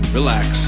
relax